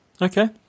okay